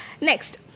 next